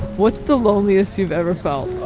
what's the loneliest you've ever felt?